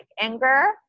anger